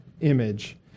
image